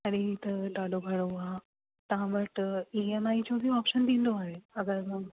हाणे ई त ॾाढो घणो आहे तव्हां वटि ईएमआई जो ऑप्शन बि ईंदो आहे अगरि मां